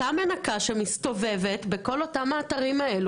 אותה מנקה שמסתובבת באותם אתרים שלו